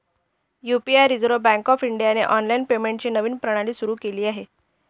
UPI reserve bank of इंडियाने online पेमेंटची नवीन प्रणाली सुरू केली आहे